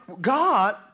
God